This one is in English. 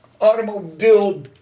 automobile